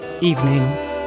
evening